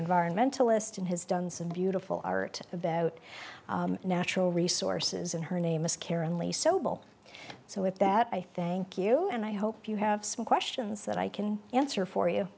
environmentalist and has done some beautiful art about natural resources and her name is karen lee sobel so with that i thank you and i hope you have some questions that i can answer for you